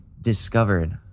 discovered